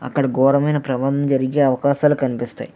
అక్కడ ఘోరమైన ప్రమాదం జరిగే అవకాశాలు కనిపిస్తాయి